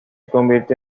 convirtió